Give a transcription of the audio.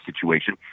situation